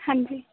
ਹਾਂਜੀ